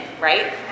right